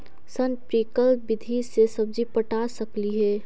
Sprinkle विधि से सब्जी पटा सकली हे?